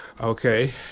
Okay